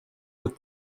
with